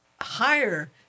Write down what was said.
higher